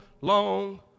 long